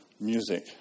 music